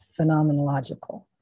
phenomenological